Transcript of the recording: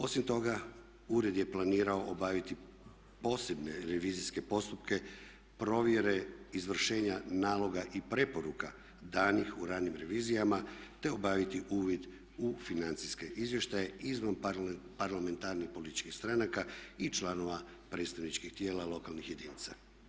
Osim toga, ured je planirao obaviti posebne revizijske postupke provjere izvršenja naloga i preporuka danih u ranim revizijama, te obaviti uvid u financijske izvještaje i izvan parlamentarnih političkih stranaka i članova predstavničkih tijela lokalnih jedinica.